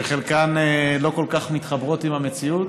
שחלקן לא כל כך מתחברות עם המציאות,